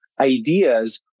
ideas